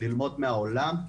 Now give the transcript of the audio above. ללמוד מהעולם.